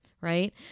right